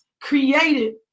created